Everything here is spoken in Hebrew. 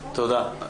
תודה.